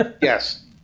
Yes